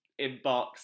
inbox